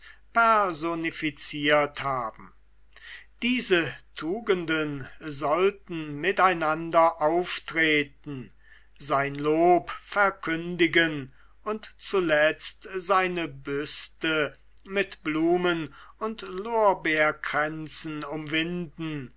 personifizieret haben diese tugenden sollten miteinander auftreten sein lob verkündigen und zuletzt seine büste mit blumen und lorbeerkränzen umwinden